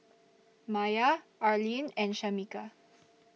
Mia Arlyne and Shamika